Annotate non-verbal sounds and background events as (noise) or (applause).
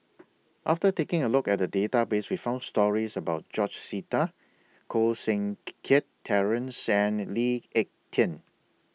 after taking A Look At The Database We found stories about George Sita (noise) Koh Seng Kiat Terence and Lee Ek Tieng